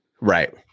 Right